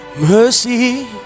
Mercy